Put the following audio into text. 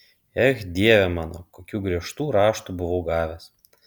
ech dieve mano kokių griežtų raštų buvau gavęs